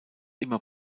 immer